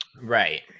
right